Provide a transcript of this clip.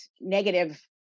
negative